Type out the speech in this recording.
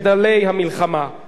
לחטיפת גלעד שליט?